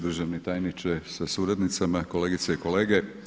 Državni tajniče sa suradnicama, kolegice i kolege.